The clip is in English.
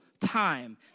time